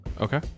Okay